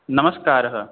नमस्कारः